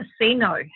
casino